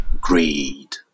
Greed